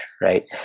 right